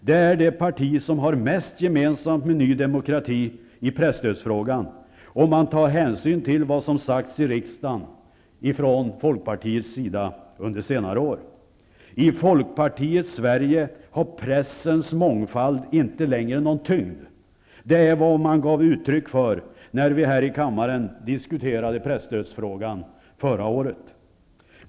Det är det parti som har mest gemensamt med Ny demokrati i presstödsfrågan, om man tar hänsyn till vad som sagts i riksdagen från Folkpartiets sida under senare år. I Folkpartiets Sverige har pressens mångfald inte längre någon tyngd. Det var vad man gav uttryck för, när vi här i kammaren diskuterade presstödsfrågan förra året.